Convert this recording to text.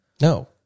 No